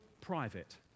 private